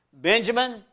Benjamin